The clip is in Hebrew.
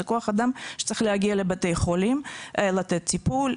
זה כוח אדם שצריך להגיע לבתי חולים לתת טיפול,